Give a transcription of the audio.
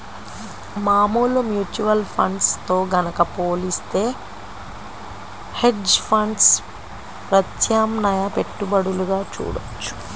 మామూలు mutual funds తో గనక పోలిత్తే హెడ్జ్ ఫండ్స్ ప్రత్యామ్నాయ పెట్టుబడులుగా చూడొచ్చు